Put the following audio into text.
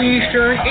Eastern